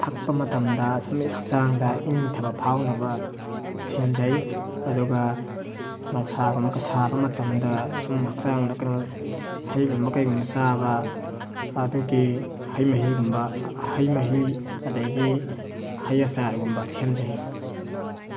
ꯊꯛꯄ ꯃꯇꯝꯗ ꯁꯨꯝ ꯍꯛꯆꯥꯡꯗ ꯏꯪꯊꯕ ꯐꯥꯎꯅꯕ ꯁꯦꯝꯖꯩ ꯑꯗꯨꯒ ꯅꯨꯡꯁꯥꯒꯨꯝꯕ ꯁꯥꯕ ꯃꯇꯝꯗ ꯁꯨꯝ ꯍꯛꯆꯥꯡꯗ ꯀꯩꯅꯣ ꯍꯩꯒꯨꯝꯕ ꯀꯩꯒꯨꯝꯕ ꯆꯥꯕ ꯑꯗꯨꯒꯤ ꯍꯩ ꯃꯍꯤꯒꯨꯝꯕ ꯍꯩ ꯃꯍꯤ ꯑꯗꯒꯤ ꯍꯩ ꯑꯆꯥꯔꯒꯨꯝꯕ ꯁꯦꯝꯖꯩ